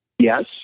Yes